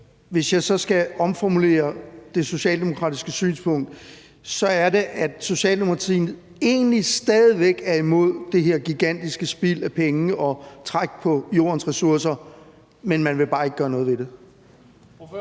Hvis jeg så skal omformulere det socialdemokratiske synspunkt, så er Socialdemokratiet egentlig stadig væk imod det her gigantiske spild af penge og træk på jordens ressourcer, men man vil bare ikke gøre noget ved det.